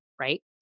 right